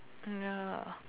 ya